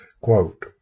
Quote